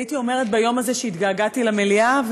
הייתי אומרת ביום הזה שהתגעגעתי למליאה,